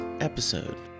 episode